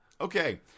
Okay